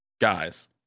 guys